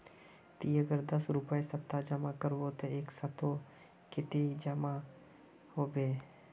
ती अगर दस रुपया सप्ताह जमा करबो ते एक सालोत कतेरी पैसा जमा होबे बे?